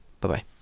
Bye-bye